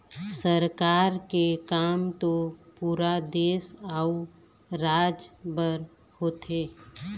सरकार के काम तो पुरा देश अउ राज बर होथे